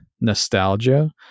nostalgia